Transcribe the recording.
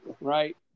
right